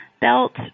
belt